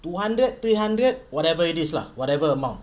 two hundred three hundred whatever it is lah whatever amount